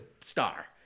star